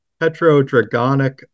Petrodragonic